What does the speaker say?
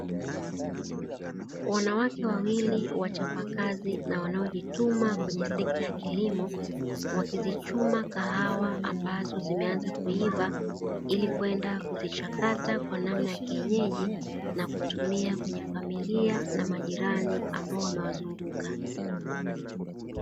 Wanawake wawili wachapakazi na wanaojituma kwenye sekta ya kilimo, wakizichuma kahawa ambazo zimeanza kuiva ili kwenda kuzichakata kwa namna ya kienyeji, na kutumia kwenye familia na majirani ambao wamewazunguka.